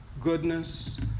goodness